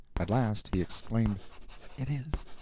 at last he exclaimed it is!